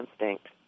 instinct